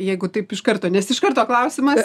jeigu taip iš karto nes iš karto klausimas